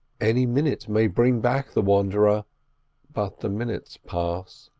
any minute may bring back the wanderer but the minutes pass,